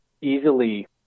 Easily